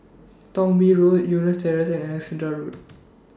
Thong Bee Road Eunos Terrace and Alexandra Road